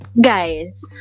Guys